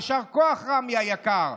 יישר כוח, רמי היקר.